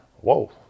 whoa